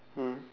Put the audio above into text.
mm